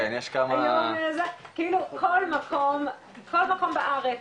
כאילו כל מקום בארץ,